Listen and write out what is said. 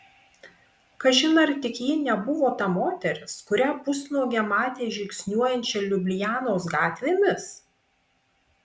kažin ar tik ji ir nebuvo ta moteris kurią pusnuogę matė žingsniuojančią liublianos gatvėmis